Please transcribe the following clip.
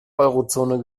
eurozone